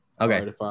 Okay